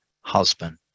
husband